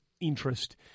interest